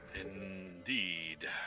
Indeed